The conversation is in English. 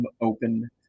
Open